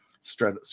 stretch